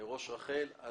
ראש רח"ל (רשות חירום לאומית).